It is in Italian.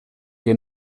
che